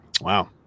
Wow